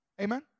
Amen